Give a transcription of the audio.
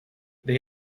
they